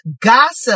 Gossip